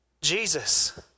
Jesus